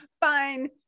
fine